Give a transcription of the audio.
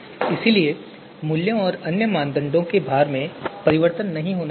इसलिए मूल्यों और अन्य मानदंडों के भार में परिवर्तन नहीं होना चाहिए